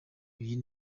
uyu